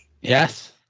yes